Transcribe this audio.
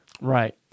Right